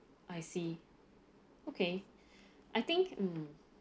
I see okay I think mm